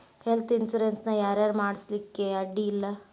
Health insurance ನ ಯಾರ್ ಯಾರ್ ಮಾಡ್ಸ್ಲಿಕ್ಕೆ ಅಡ್ಡಿ ಇಲ್ಲಾ?